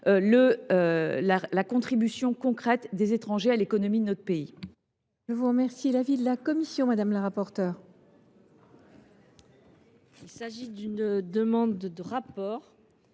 la contribution concrète des étrangers à l’économie de notre pays.